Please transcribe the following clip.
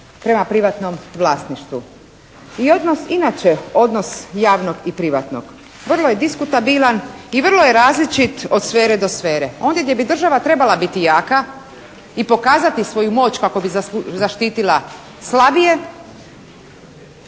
prema privatnom vlasništvu. I inače odnos javnog i privatnog vrlo je diskutabilan i vrlo je različit od sfere do sfere. Ondje gdje bi država trebala biti jaka i pokazati svoju moć kako bi zaštitila slabije,